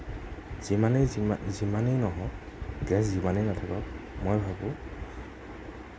যিমানেই যি যিমানেই নহওঁক গেছ যিমানেই নাথাকক মই ভাবোঁ